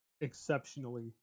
exceptionally